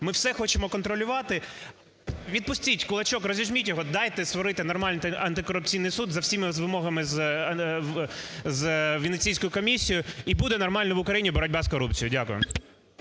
ми все хочемо контролювати. Відпустіть кулачок, розіжміть його, дайте створити нормальний антикорупційний суд за усіма вимогами з Венеціанською комісією, і буде нормальна в Україні боротьба з корупцією. Дякую.